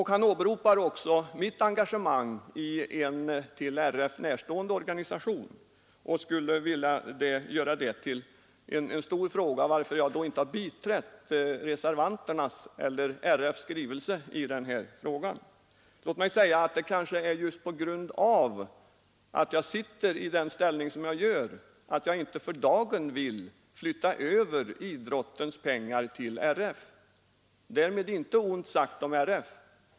Han åberopar mitt engagemang i en till RF närstående organisation. Han vill göra en stor fråga av att jag inte biträtt RF:s skrivelse i denna sak. Just genom att jag sitter i den ställning jag gör vill jag kanske inte för dagen flytta över idrottens pengar till RF. Därmed intet ont sagt om RF.